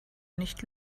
nicht